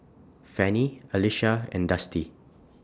Fanny Alysha and Dusty